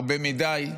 הרבה מדי,